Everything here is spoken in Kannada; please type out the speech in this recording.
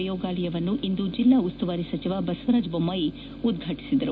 ಪ್ರಯೋಗಾಲಯವನ್ನು ಇಂದು ಜಿಲ್ಲಾ ಉಸ್ತುವಾರಿ ಸಚಿವ ಬಸವರಾಜ ಬೊಮ್ಮಾಯಿ ಉದ್ಘಾಟಿಸಿದರು